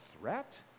threat